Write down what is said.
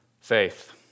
faith